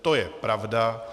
To je pravda.